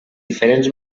diferents